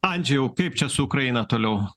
andžejau kaip čia su ukraina toliau